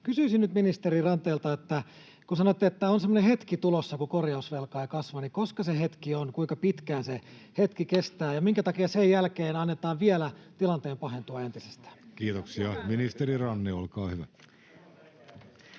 Kysyisin nyt ministeri Ranteelta: kun sanoitte, että on semmoinen hetki tulossa, kun korjausvelka ei kasva, niin koska se hetki on, kuinka pitkään se hetki kestää ja minkä takia sen jälkeen annetaan tilanteen vielä pahentua entisestään? [Vasemmalta: Sininen hetki!] [Speech